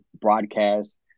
broadcast